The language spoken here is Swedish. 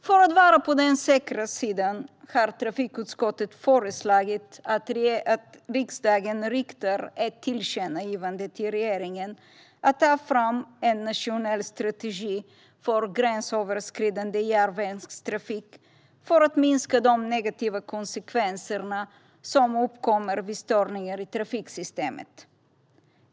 För att vara på den säkra sidan har trafikutskottet föreslagit att riksdagen riktar ett tillkännagivande till regeringen om att ta fram en nationell strategi för gränsöverskridande järnvägstrafik för att minska de negativa konsekvenserna som uppkommer vid störningar i trafiksystemet.